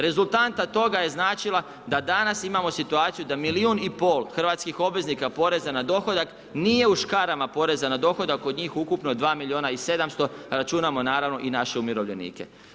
Rezultanta toga je značila da danas imamo situaciju da milijun i pol hrvatskih obveznika poreza na dohodak nije u škarama poreza na dohodak od njih ukupno 2 milijuna i 700, računamo naravno i naše umirovljenike.